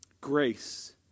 grace